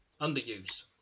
Underused